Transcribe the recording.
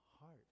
heart